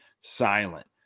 silent